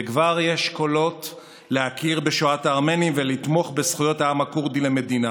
וכבר יש קולות להכיר בשואת הארמנים ולתמוך בזכויות העם הכורדי למדינה,